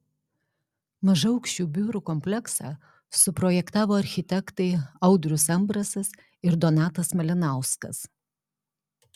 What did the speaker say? mažaaukščių biurų kompleksą suprojektavo architektai audrius ambrasas ir donatas malinauskas